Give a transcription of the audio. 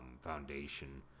foundation